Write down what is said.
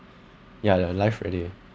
ya ya live already